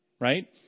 right